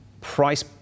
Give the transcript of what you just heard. price